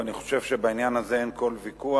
ואני חושב שבעניין הזה אין כל ויכוח,